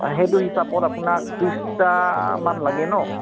অঁ সেইটো হিচাপত আপোনাক ত্ৰিছটামান লাগে ন